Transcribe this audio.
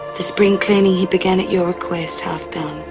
the spring-cleaning he began at your request, half done.